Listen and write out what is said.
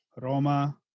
Roma